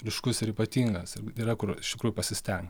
ryškus ir ypatingas ir yra kur iš tikrųjų pasisten